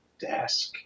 desk